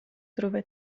trova